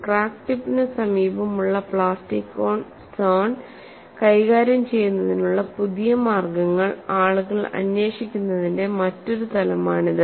crack ടിപ്പിന് സമീപമുള്ള plastic zone കൈകാര്യം ചെയ്യുന്നതിനുള്ള പുതിയ മാർഗ്ഗങ്ങൾ ആളുകൾ അന്വേഷിക്കുന്നതിന്റെ മറ്റൊരു തലമാണിത്